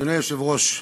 אדוני היושב-ראש,